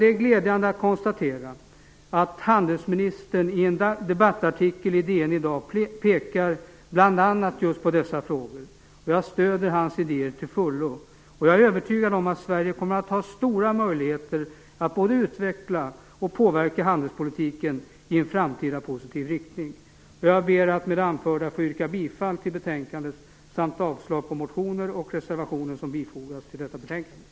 Det är glädjande att konstatera att handelsministern i en debattartikel i DN i dag bl.a. pekar på just dessa frågor. Jag stöder hans idéer till fullo. Jag är övertygad om att Sverige kommer att ha stora möjligheter att både utveckla och påverka handelspolitiken i en framtida positiv riktning. Jag ber med det anförda att få yrka bifall till hemställan i betänkandet samt avslag på motionerna och de reservationer som fogats till detta betänkande.